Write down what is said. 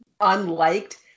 unliked